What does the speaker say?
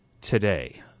today